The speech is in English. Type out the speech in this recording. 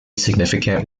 significant